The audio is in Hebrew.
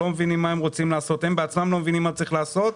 הם בעצמם לא מבינים מה צריך לעשות,